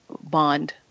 bond